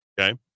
okay